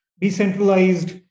decentralized